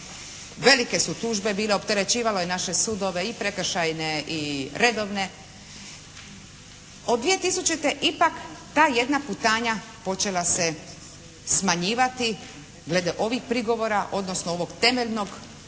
Velike su tužbe bile, opterećivalo je naše sudove i prekršajne i redovne. Od 2000. ipak ta jedna putanja počela se smanjivati glede ovih prigovora, odnosno ovog temeljnog narušavanja